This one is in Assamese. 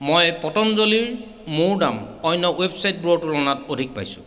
মই পতাঞ্জলীৰ মৌৰ দাম অন্য ৱেবচাইটবোৰৰ তুলনাত অধিক পাইছোঁ